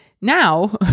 Now